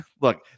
look